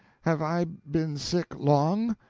have i been sick long?